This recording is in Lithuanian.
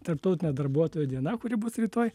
tarptautine darbuotojų diena kuri bus rytoj